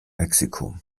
mexiko